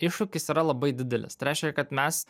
iššūkis yra labai didelis tai reiškia kad mes